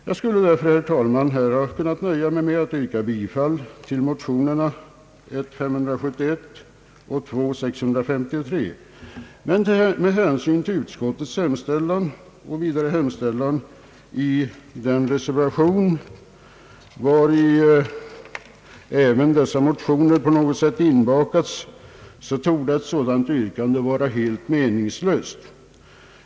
Jag skulle, herr talman, ha kunnat nöja mig med att yrka bifall till motionerna I: 571 och II: 653, men med hänsyn till utskottets förslag och till hemställan i den reservation vari även dessa motioner på något sätt inbakats torde ett sådant yrkande vara meningslöst.